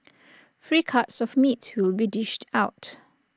free cuts of meat will be dished out